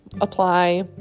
apply